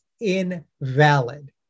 invalid